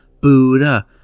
Buddha